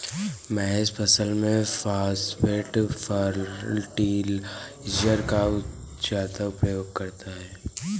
महेश फसल में phosphate fertiliser का ज्यादा प्रयोग करता है